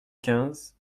quinze